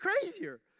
crazier